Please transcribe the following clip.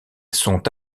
sont